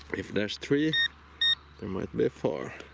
if there's three there might be four.